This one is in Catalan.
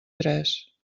tres